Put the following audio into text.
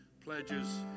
pledges